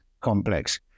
complex